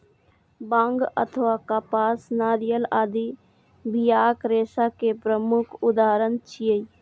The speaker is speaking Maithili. बांग अथवा कपास, नारियल आदि बियाक रेशा के प्रमुख उदाहरण छियै